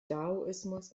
daoismus